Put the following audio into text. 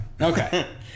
okay